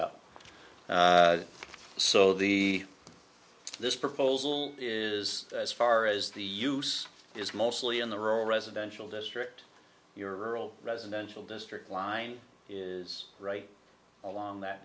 up so the this proposal is as far as the use is mostly in the rural residential district ural residential district line is right along that